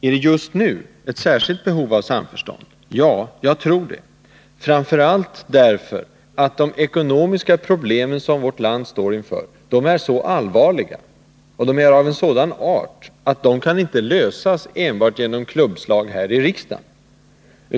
Är det just nu ett särskilt behov av samförstånd? Ja, jag tror det, framför allt därför att de ekonomiska problem som vårt land står inför är så allvarliga och av en sådan art att de inte kan lösas enbart genom klubbslag här i riksdagen.